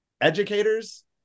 educators